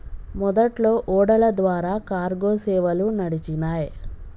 మొదట్లో ఓడల ద్వారా కార్గో సేవలు నడిచినాయ్